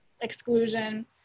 exclusion